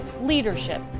leadership